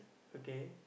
okay